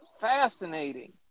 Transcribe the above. fascinating